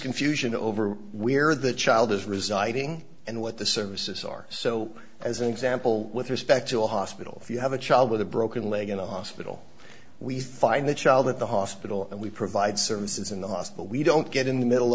confusion over where the child is residing and what this services are so as an example with respect to a hospital if you have a child with a broken leg in a hospital we find the child at the hospital and we provide services in the hospital we don't get in the middle